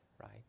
right